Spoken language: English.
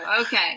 okay